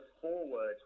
forward